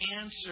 answer